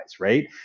right